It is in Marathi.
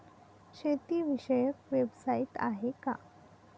शेतीविषयक वेबसाइट आहे का?